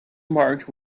marked